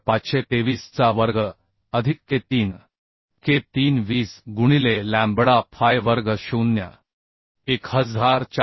1523 चा वर्ग अधिक K3 K3 20 गुणिले लॅम्बडा फाय वर्ग 0